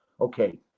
okay